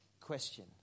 question